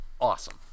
awesome